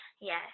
yes